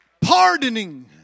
pardoning